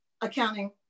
accounting